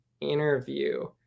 interview